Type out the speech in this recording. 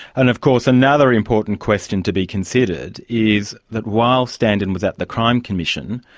and of course, another important question to be considered is that, while standen was at the crime commission,